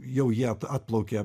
jau jie atplaukė